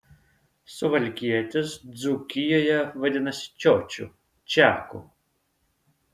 suvalkietis dzūkijoje vadinasi čiočiu čiaku